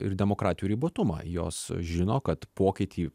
ir demokratijų ribotumą jos žino kad pokytį